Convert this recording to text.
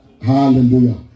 Hallelujah